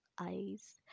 eyes